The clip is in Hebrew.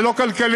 זה לא כלכלי.